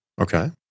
Okay